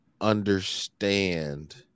understand